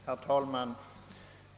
Herr talman!